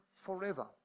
forever